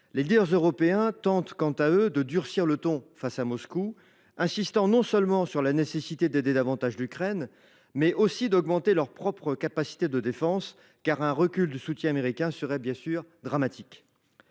Les leaders européens tentent quant à eux de durcir le ton face à Moscou, en insistant sur la nécessité non seulement d’aider davantage l’Ukraine, mais aussi d’augmenter leurs propres capacités de défense, car un recul du soutien américain serait dramatique.